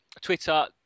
twitter